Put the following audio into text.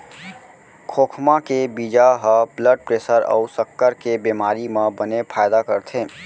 खोखमा के बीजा ह ब्लड प्रेसर अउ सक्कर के बेमारी म बने फायदा करथे